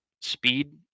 speed